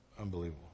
Unbelievable